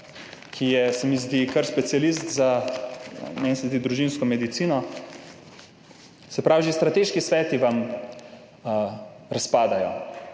je, se mi zdi, specialist za družinsko medicino, se pravi, že strateški sveti vam razpadajo,